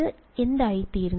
ഇത് എന്തായിത്തീരുന്നു